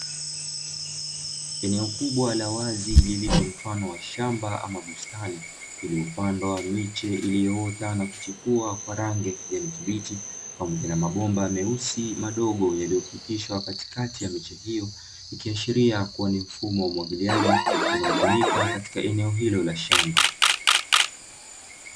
Eneo kubwa la wazi lililo mfano wa shamba ama bustani iliyopandwa miche iliyoota na kuchipua kwa rangi ya kijani kibichi, pamoja na mabomba ya meusi madogo yaliyopitishwa katikati ya meche hiyo ikiashiria, kuwa ni mfumo wa umwagiliaji unaotumika katika eneo hilo la shamba.